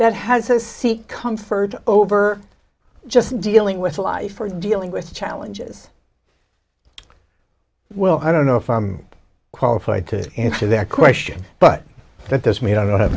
that has to seek comfort over just dealing with life or dealing with challenges well i don't know if i'm qualified to answer that question but that doesn't mean i don't have